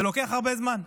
זה לוקח הרבה זמן.